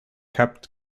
kept